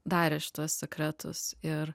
darė šituos sekretus ir